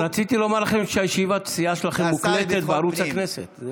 רציתי לומר לכם שישיבת הסיעה שלכם מוקלטת בערוץ הכנסת.